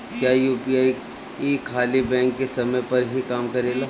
क्या यू.पी.आई खाली बैंक के समय पर ही काम करेला?